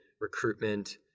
recruitment